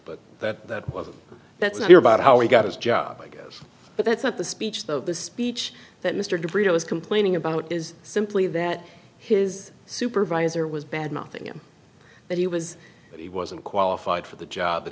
but that that's not your about how he got his job i guess but that's not the speech though the speech that mr de brito was complaining about is simply that his supervisor was bad nothing but he was that he wasn't qualified for the job but